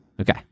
Okay